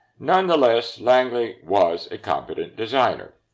nonetheless, langley was a competent designer.